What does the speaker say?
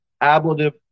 ablative